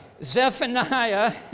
Zephaniah